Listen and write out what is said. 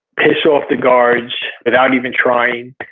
piss off the guards without even trying.